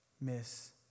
miss